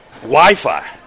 Wi-Fi